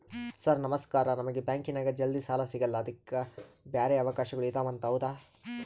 Sir ನಮಸ್ಕಾರ ನಮಗೆ ಬ್ಯಾಂಕಿನ್ಯಾಗ ಜಲ್ದಿ ಸಾಲ ಸಿಗಲ್ಲ ಅದಕ್ಕ ಬ್ಯಾರೆ ಅವಕಾಶಗಳು ಇದವಂತ ಹೌದಾ?